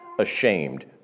ashamed